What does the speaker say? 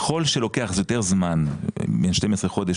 ככל שלוקח יותר זמן מה-12 חודשים,